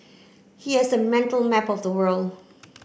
he has a mental map of the world